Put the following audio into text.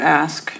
ask